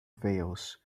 veils